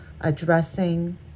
addressing